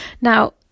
Now